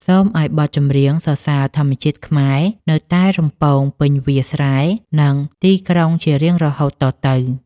សូមឱ្យបទចម្រៀងសរសើរធម្មជាតិខ្មែរ នៅតែរំពងពេញវាលស្រែ និងទីក្រុងជារៀងរហូតតទៅ។